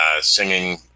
singing